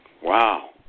Wow